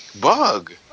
bug